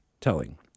telling